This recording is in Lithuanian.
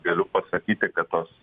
galiu pasakyti kad tos